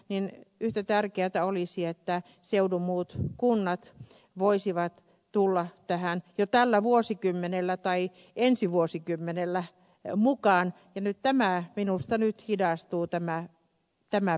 en joustavoitavuus tapahtuu olisi että seudun muut kunnat voisivat tulla tähän jo tällä vuosikymmenellä tai ensi vuosikymmenellä mukaan ja minusta nyt hidastuu tämä prosessi